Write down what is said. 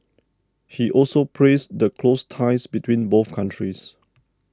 he also praised the close ties between both countries